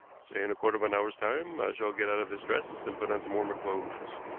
say in a quarter of an hour's time. i shall get out of this dress and put on some warmer clothes.